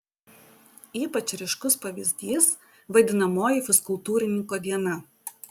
ypač ryškus pavyzdys vadinamoji fizkultūrininko diena